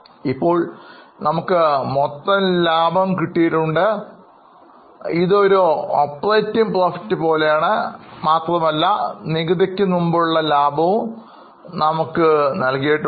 ഇപ്പോൾ നമുക്ക് മൊത്ത ലാഭം നൽകിയിട്ടുണ്ട് ഇതൊരു പ്രവർത്തന ലാഭം പോലെയാണ് മാത്രമല്ല നികുതി ക്ക് മുമ്പുള്ള ലാഭവും നമുക്ക് നൽകിയിട്ടുണ്ട്